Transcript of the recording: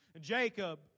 Jacob